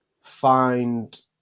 find